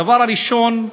הדבר הראשון,